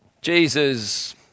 Jesus